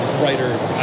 writers